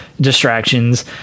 distractions